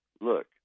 look